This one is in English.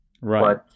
Right